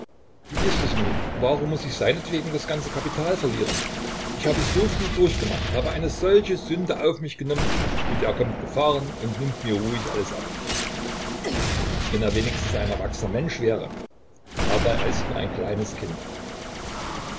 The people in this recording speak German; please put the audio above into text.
wie ist es nun warum muß ich seinetwegen das ganze kapital verlieren ich habe so viel durchgemacht habe eine solche sünde auf mich genommen und er kommt gefahren und nimmt mir ruhig alles ab wenn er wenigstens ein erwachsener mensch wäre aber er ist nur ein kleines kind